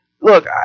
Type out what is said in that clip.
look